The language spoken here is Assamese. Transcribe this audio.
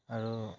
আৰু